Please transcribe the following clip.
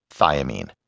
thiamine